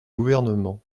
gouvernement